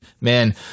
man